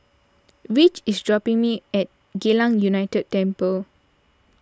Ridge is dropping me at Geylang United Temple